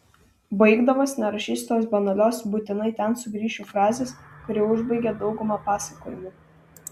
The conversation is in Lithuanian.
baigdamas nerašysiu tos banalios būtinai ten sugrįšiu frazės kuri užbaigia daugumą pasakojimų